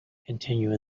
continue